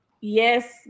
yes